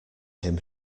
him